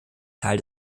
teil